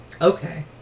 Okay